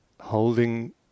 Holding